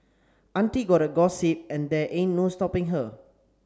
auntie gotta gossip and there ain't no stopping her